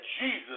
Jesus